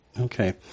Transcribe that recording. Okay